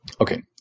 Okay